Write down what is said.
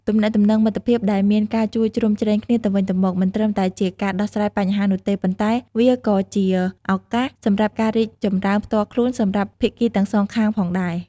ទំនាក់ទំនងមិត្តភាពដែលមានការជួយជ្រោមជ្រែងគ្នាទៅវិញទៅមក មិនត្រឹមតែជាការដោះស្រាយបញ្ហានោះទេ ប៉ុន្តែវាក៏ជា ឱកាសសម្រាប់ការរីកចម្រើនផ្ទាល់ខ្លួន សម្រាប់ភាគីទាំងសងខាងផងដែរ។